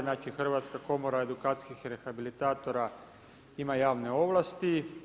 Znači, Hrvatska komora edukacijskih rehabilitatora ima javne ovlasti.